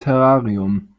terrarium